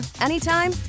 anytime